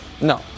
No